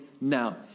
now